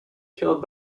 killed